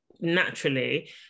naturally